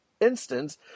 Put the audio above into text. instance